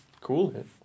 Cool